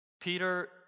Peter